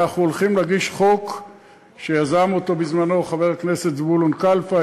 אנחנו הולכים להגיש חוק שיזם אותו בזמנו חבר הכנסת זבולון כלפה,